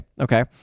Okay